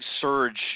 surge